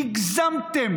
הגזמתם,